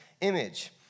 image